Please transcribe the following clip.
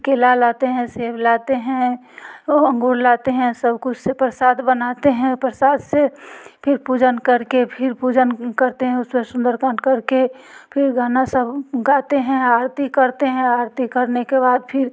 केला लाते हैं सेब लाते हैं वो अंगूर लाते हैं सब कुछ से प्रसाद बनाते हैं प्रसाद से फिर पूजन कर के फिर पूजन करते हैं फिर सुंदरकांड कर के फिर गाना सब गाते हैं आरती करते हैं आरती करने के बाद फिर